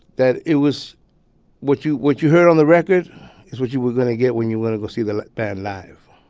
that was what you what you heard on the record is what you were going to get when you went to go see the like band live.